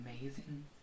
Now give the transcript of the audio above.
amazing